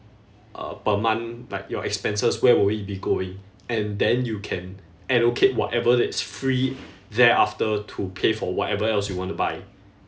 uh per month like your expenses where will it be going and then you can allocate whatever that's free thereafter to pay for whatever else you want to buy